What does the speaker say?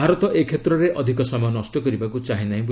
ଭାରତ ଏ କ୍ଷେତ୍ରରେ ଅଧିକ ସମୟ ନଷ୍ଟ କରିବାକୁ ଚାହେଁନାହିଁ